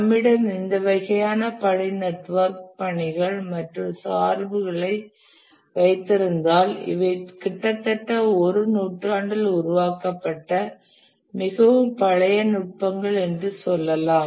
நம்மிடம் இந்த வகையான பணி நெட்வொர்க் பணிகள் மற்றும் சார்புகளை வைத்திருந்தால் இவை கிட்டத்தட்ட ஒரு நூற்றாண்டில் உருவாக்கப்பட்ட மிகவும் பழைய நுட்பங்கள் என்று சொல்லலாம்